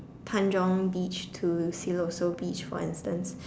Tanjong-beach to Siloso-beach for instance